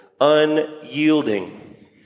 unyielding